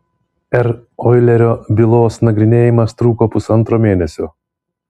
r oilerio bylos nagrinėjimas truko pusantro mėnesio